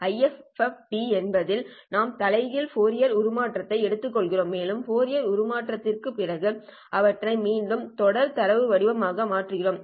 IFFT என்பதில் நாம் தலைகீழ் ஃபோரியர் உருமாற்றத்தை எடுத்துக்கொள்கிறோம் மேலும் ஃபோரியர் உருமாற்றத்திற்குப் பிறகு அவற்றை மீண்டும் தொடர் தரவு வடிவமாக மாற்றுகிறோம்